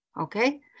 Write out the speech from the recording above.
okay